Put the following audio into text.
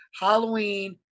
Halloween